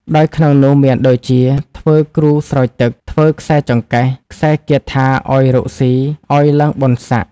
ដោយក្នុងនោះមានដូចជា ធ្វើគ្រូស្រោចទឹក ធ្វើខ្សែចង្កេះ ខ្សែគាថាឲ្យរកស៊ី ឲ្យឡើងបុណ្យស័ក្តិ ។